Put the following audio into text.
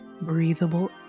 breathable